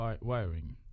wiring